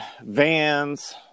vans